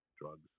drugs